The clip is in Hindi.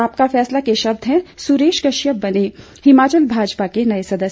आपका फैसला के शब्द हैं सुरेश कश्यप बने हिमाचल भाजपा के नए सरदार